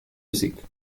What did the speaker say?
music